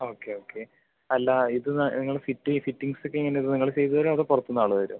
okay okay അല്ല ഇത് നിങ്ങൾ ഫിറ്റ് ഫിറ്റിംഗ്സ് ഒക്കെ എങ്ങനെയാണ് ഇത് നിങ്ങൾ ചെയ്ത് തരുമോ അതോ പുറത്തുനിന്ന് ആൾ വരുമോ